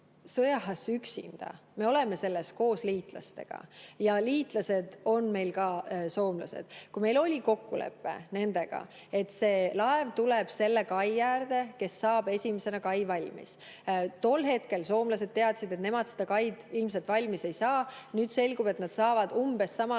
sõjas üksinda. Me oleme selles koos liitlastega ja meie liitlased on ka soomlased. Meil oli kokkulepe nendega, et see laev tuleb selle kai äärde, mis saab esimesena valmis. Tol hetkel soomlased teadsid, et nemad kaid ilmselt valmis ei saa. Nüüd selgub, et nad saavad umbes samal